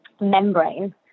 membrane